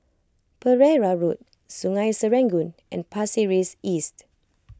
Pereira Road Sungei Serangoon and Pasir Ris East